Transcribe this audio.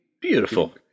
Beautiful